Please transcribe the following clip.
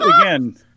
again